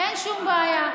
אין שום בעיה.